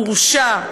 הורשע.